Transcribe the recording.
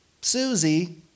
Susie